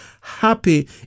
happy